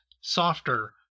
softer